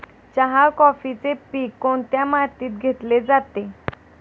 चहा, कॉफीचे पीक कोणत्या मातीत घेतले जाते?